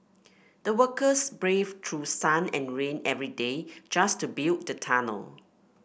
the workers braved through sun and rain every day just to build the tunnel